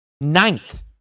Ninth